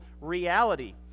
reality